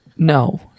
No